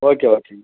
okay ஓகேங்க